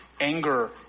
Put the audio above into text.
anger